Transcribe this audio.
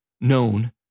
known